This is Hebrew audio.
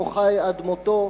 שבו חי עד מותו.